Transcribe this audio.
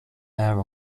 air